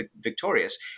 victorious